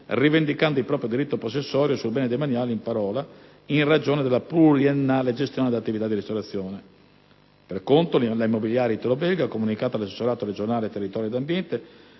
rivendicando il proprio diritto possessorio sul bene demaniale in parola in ragione della pluriennale gestione dell'attività di ristorazione. Per contro, la Immobiliare italo-belga ha comunicato all'assessorato regionale territorio ed ambiente